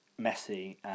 Messi